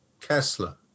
Kessler